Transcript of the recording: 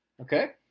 Okay